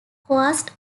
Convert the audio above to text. coast